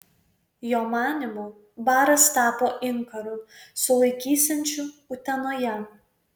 jo manymu baras tapo inkaru sulaikysiančiu utenoje